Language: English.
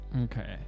Okay